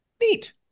Neat